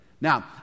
now